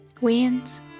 Winds